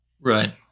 Right